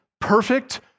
perfect